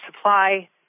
supply